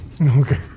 Okay